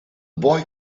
boy